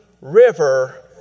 river